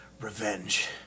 Revenge